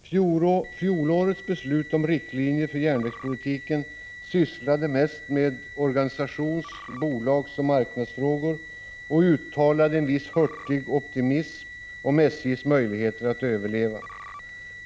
Fjolårets beslut om riktlinjer för järnvägspolitiken sysslade mest med organisations-, bolagsoch marknadsfrågor och gav uttryck för en viss hurtig optimism i fråga om SJ:s möjligheter att överleva.